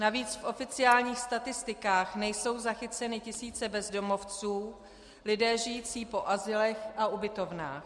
Navíc v oficiálních statistikách nejsou zachyceny tisíce bezdomovců, lidé žijící po azylech a ubytovnách.